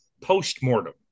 post-mortem